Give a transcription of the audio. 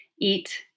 eat